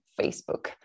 Facebook